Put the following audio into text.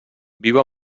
viu